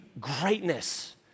greatness